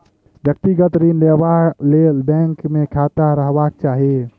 व्यक्तिगत ऋण लेबा लेल बैंक मे खाता रहबाक चाही